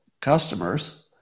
customers